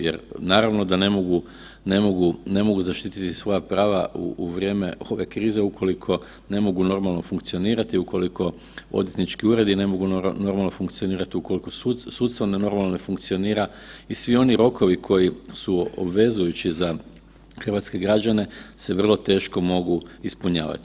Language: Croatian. Jer naravno da ne mogu, ne mogu, ne mogu zaštititi svoja prava u vrijeme ove krize ukoliko ne mogu normalno funkcionirati i ukoliko odvjetnički uredi ne mogu normalno funkcionirati, ukoliko sudstvo normalno ne funkcionira i svi oni rokovi koji su obvezujući za hrvatske građane se vrlo teško mogu ispunjavati.